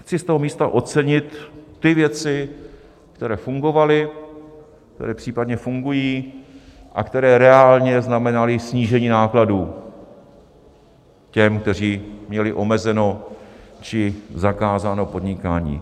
Chci z toho místa ocenit věci, které fungovaly, které případně fungují a které reálně znamenaly snížení nákladů těm, kteří měli omezeno či zakázáno podnikání.